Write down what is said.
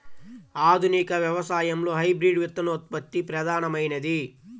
ఆధునిక వ్యవసాయంలో హైబ్రిడ్ విత్తనోత్పత్తి ప్రధానమైనది